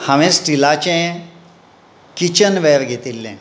हांवें स्टिलाचें किचनवॅर घेतिल्लें